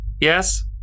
Yes